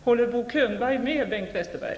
Håller Bo Könberg med Bengt Westerberg?